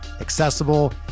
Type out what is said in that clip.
accessible